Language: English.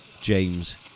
James